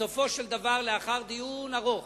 בסופו של דבר, לאחר דיון ארוך